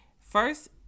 first